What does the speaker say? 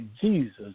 Jesus